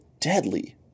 deadly